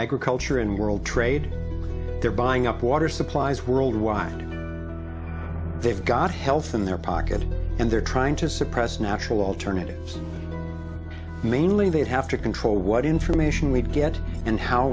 agriculture and world trade they're buying up water supplies worldwide they've got health in their pocket and they're trying to suppress natural alternatives mainly they'd have to control what information we'd get and how